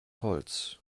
holz